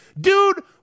dude